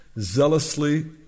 zealously